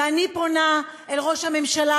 ואני פונה אל ראש הממשלה,